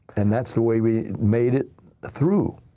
and that's the way we made it through.